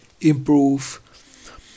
improve